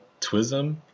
Twism